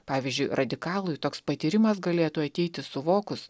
pavyzdžiui radikalui toks patyrimas galėtų ateiti suvokus